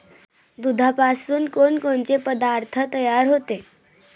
दुधापासून कोनकोनचे पदार्थ तयार होते?